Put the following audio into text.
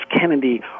Kennedy